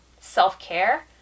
self-care